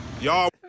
Y'all